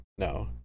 No